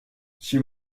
chez